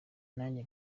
nanjye